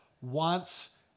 wants